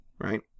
Right